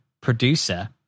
producer